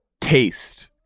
taste